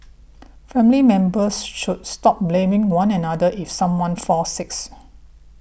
family members should stop blaming one another if someone falls sick